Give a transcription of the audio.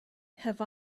have